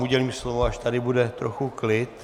Udělím vám slovo, až tady bude trochu klid.